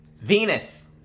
Venus